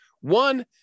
One